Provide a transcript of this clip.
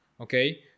Okay